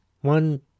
one